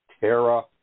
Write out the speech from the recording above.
Terra